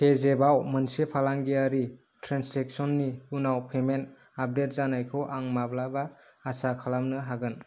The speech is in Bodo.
पेजेफआव मोनसे फालांगियारि ट्रेन्ससेकसननि उनाव पेमेन्ट आपडेट जानायखौ आं माब्लाबा आसा खालामनो हागोन